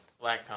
black